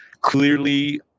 clearly